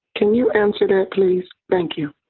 can you answer that please? thank you